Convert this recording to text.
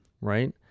right